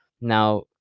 Now